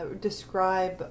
describe